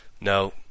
No